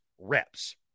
reps